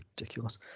ridiculous